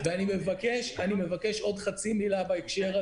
ואני מבקש עוד חצי מילה בהקשר הזה.